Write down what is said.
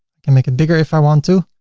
i can make it bigger if i want to.